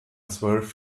zwölf